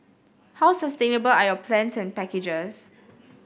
how sustainable are your plans and packages